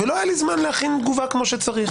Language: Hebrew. ולא היה לי זמן להכין תגובה כמו שצריך,